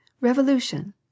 Revolution